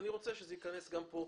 ואתה רוצה שזה ייכנס גם כאן.